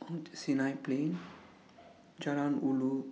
Mount Sinai Plain Jalan Ulu